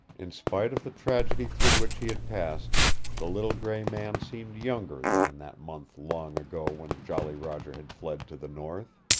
in spite of the tragedy through which he had passed the little gray man seemed younger than in that month long ago when jolly roger had fled to the north.